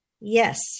Yes